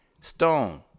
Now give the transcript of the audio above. Stone